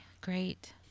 great